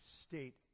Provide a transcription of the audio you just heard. state